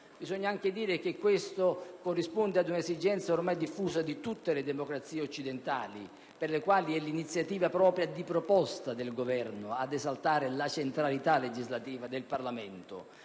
bisogna anche dire che questo corrisponde ad un'esigenza ormai diffusa in tutte le democrazie occidentali per le quali è l'iniziativa propria di proposta del Governo ad esaltare la centralità legislativa del Parlamento,